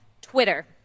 Twitter